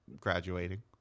graduating